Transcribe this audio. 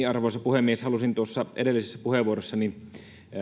arvoisa puhemies halusin tuossa edellisessä puheenvuorossani